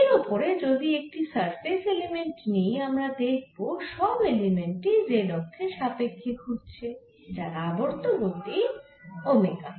এর ওপরে যদি একটি সারফেস এলিমেন্ট নিই আমরা দেখব সব এলিমেন্টই z অক্ষের সাপেক্ষে ঘুরছে যার আবর্ত গতি ওমেগা